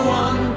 one